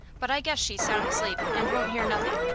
but i guess she's sound asleep, and won't hear nothing.